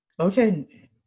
Okay